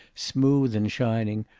smooth and shining,